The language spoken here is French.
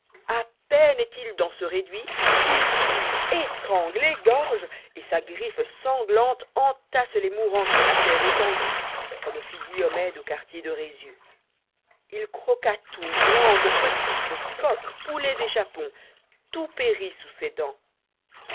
a peine est-il dans ce réduit j qu'il tue étrangle égorge et sa griffé sanglante entasse les mourants sur la terré étendus comme fit diomède au quartier de rhésus il croqua tout grandes petites coqs poulets et chapons tout périt sous ses dents